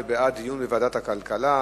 זה בעד דיון בוועדת הכלכלה,